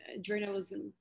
journalism